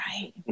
Right